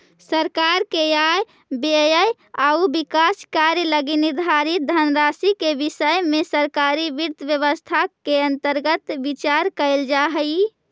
सरकार के आय व्यय आउ विकास कार्य लगी निर्धारित धनराशि के विषय में सरकारी वित्त व्यवस्था के अंतर्गत विचार कैल जा हइ